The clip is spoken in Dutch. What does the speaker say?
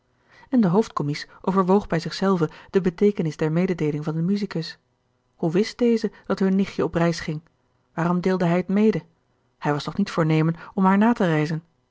en de hoofdcommies overwoog bij zich zelven de beteekenis der mededeeling van den musicus hoe wist deze dat hun nichtje op reis ging waarom deelde hij het mede hij was toch niet voornemen om haar na te reizen